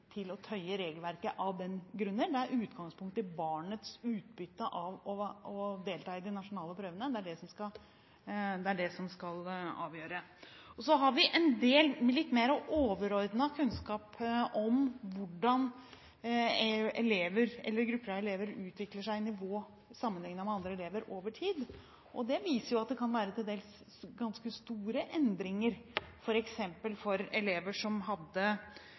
til å tøye regelverket av den grunn. Det er i utgangspunktet barnets utbytte av å delta i de nasjonale prøvene som skal være avgjørende. Så vi har en litt mer overordnet kunnskap om hvordan elever eller grupper av elever utvikler seg nivåmessig sammenlignet med andre elever over tid. Det viser at det kan være til dels ganske store endringer, f.eks. for elever som